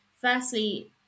firstly